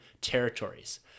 territories